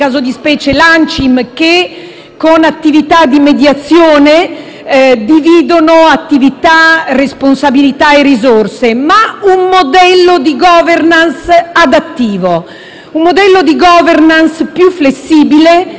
con attività di mediazione dividono attività, responsabilità e risorse, ma un modello di *governance* adattivo. Un modello di *governance* più flessibile, innovativo, che